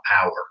power